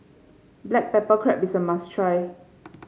Black Pepper Crab is a must try